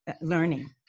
learning